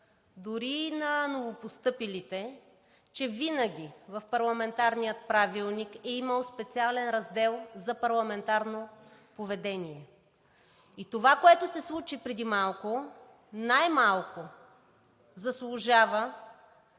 дори и на новопостъпилите, че винаги в парламентарния правилник е имало специален раздел за парламентарно поведение. И това, което се случи преди малко, най малко заслужава